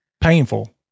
Painful